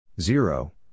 Zero